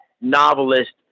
novelist